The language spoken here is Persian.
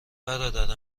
برادر